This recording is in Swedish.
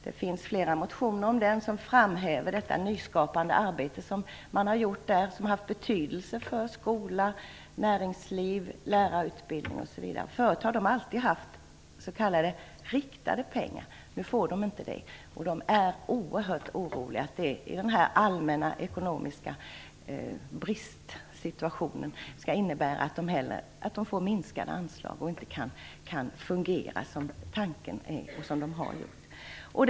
Det finns flera motioner som framhäver det nyskapande arbete som där har gjorts, vilket haft betydelse för skola, näringsliv, lärarutbildning osv. Tidigare har de alltid fått riktade pengar. Nu får de inte det. De är därför oerhört oroliga för att den allmänna ekonomiska bristsituationen skall innebära att de får minskade anslag, så att de inte kan fungera som det har varit tänkt och som de hittills har gjort.